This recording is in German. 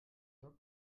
dock